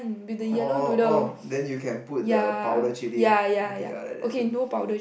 orh orh then you can put the powder chilli okay I like that too